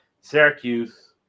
Syracuse